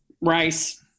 Rice